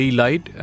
light